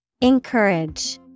Encourage